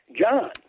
John